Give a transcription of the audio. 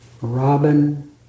Robin